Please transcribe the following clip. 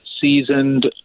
seasoned